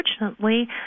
unfortunately